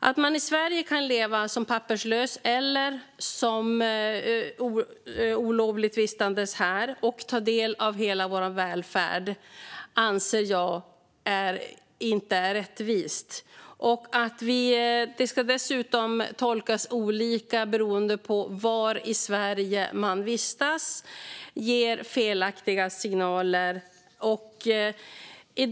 Att man i Sverige kan leva som papperslös eller olovligt vistas här och ta del av hela vår välfärd anser jag inte är rättvist. Att det dessutom tolkas olika beroende på var i Sverige man vistas ger felaktiga signaler.